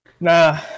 Nah